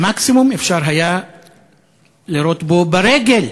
מקסימום אפשר היה לירות בו ברגל,